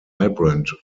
vibrant